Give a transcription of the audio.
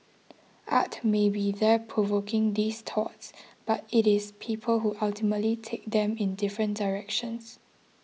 art may be there provoking these thoughts but it is people who ultimately take them in different directions